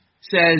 says